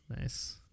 Nice